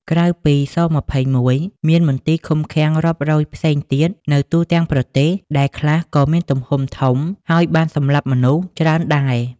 ក្រៅពី ស-២១ មានមន្ទីរឃុំឃាំងរាប់រយផ្សេងទៀតនៅទូទាំងប្រទេស ដែលខ្លះក៏មានទំហំធំ ហើយបានសម្លាប់មនុស្សច្រើនដែរ។